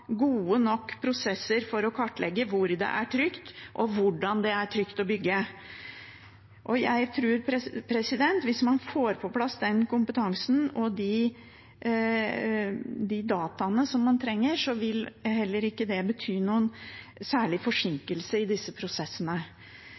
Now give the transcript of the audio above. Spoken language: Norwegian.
gode nok prosesser for å kartlegge hvor det er trygt, og hvordan det er trygt å bygge. Jeg tror at hvis man får på plass den kompetansen og de dataene man trenger, vil heller ikke det bety noen særlig